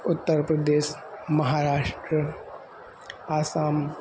उत्तरप्रदेशः महाराष्ट्रः आसाम्